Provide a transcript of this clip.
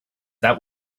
that